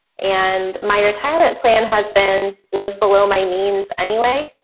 and my retirement plan has been lived below my means anyway,